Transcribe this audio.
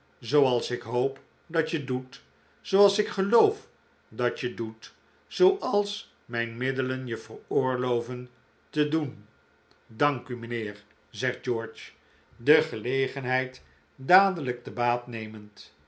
zooals ik hoop dat je doet zooals ik geloof dat je doet zooals mijn middelen je veroorloven te doen dank u mijnheer zegt george de gelegenheid dadelijk te baat nemend